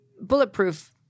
bulletproof